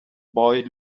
boy